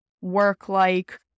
work-like